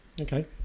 Okay